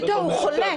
הוא חולה.